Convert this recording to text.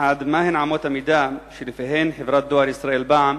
1. מהן אמות המידה שלפיהן חברת "דואר ישראל בע"מ"